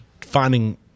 finding